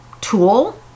tool